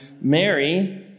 Mary